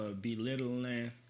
belittling